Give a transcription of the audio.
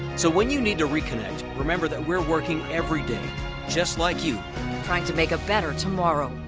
so when you need to reconnect, remember that we're working everyday just like you trying to make a better tomorrow.